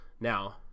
Now